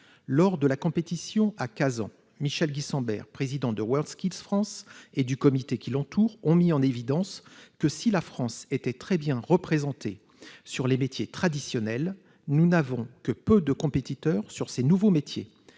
Lors de la compétition à Kazan, Michel Guisemberg, président de WorldSkills France, et le comité qui l'entoure ont mis en évidence que, si la France était très bien représentée pour les métiers traditionnels, nous n'avions que peu de compétiteurs pour ces nouveaux métiers.